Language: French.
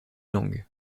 langues